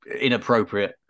inappropriate